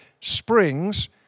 springs